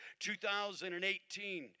2018